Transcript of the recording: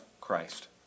Christ